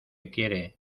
quiere